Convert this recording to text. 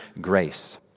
grace